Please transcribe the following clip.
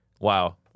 Wow